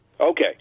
Okay